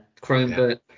chromebook